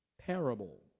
parable